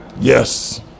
Yes